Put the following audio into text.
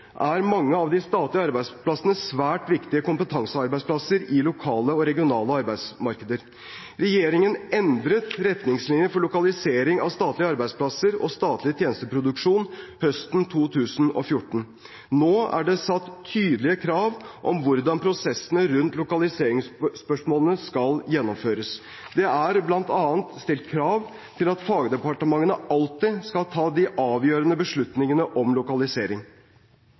er mange av de statlige arbeidsplassene svært viktige kompetansearbeidsplasser i lokale og regionale arbeidsmarkeder. Regjeringen endret «Retningslinjer for lokalisering av statlege arbeidsplassar og statleg tenesteproduksjon» høsten 2014. Nå er det satt tydeligere krav til hvordan prosessene rundt lokaliseringsspørsmålene skal gjennomføres. Det er bl.a. stilt krav til at fagdepartementene alltid skal ta de avgjørende beslutningene om lokalisering.